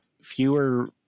fewer